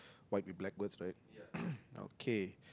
white with black words right okay